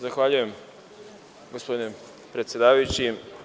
Zahvaljujem, gospodine predsedavajući.